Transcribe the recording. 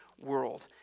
world